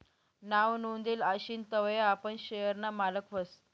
नाव नोंदेल आशीन तवय आपण शेयर ना मालक व्हस